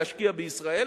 להשקיע בישראל.